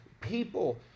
people